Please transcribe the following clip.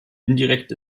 indirekt